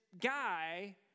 guy